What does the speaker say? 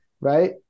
right